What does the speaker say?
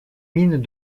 mines